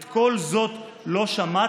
את כל זאת לא שמעתם?